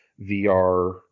VR